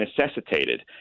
necessitated